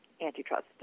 antitrust